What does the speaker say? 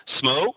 smoke